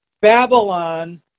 Babylon